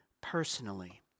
personally